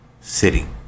City